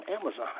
Amazon